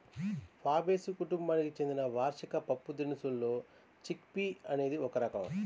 Fabaceae కుటుంబానికి చెందిన వార్షిక పప్పుదినుసుల్లో చిక్ పీ అనేది ఒక రకం